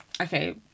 okay